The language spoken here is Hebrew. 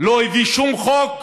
לא הביא שום חוק